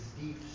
deep